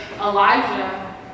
Elijah